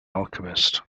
alchemist